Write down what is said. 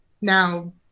Now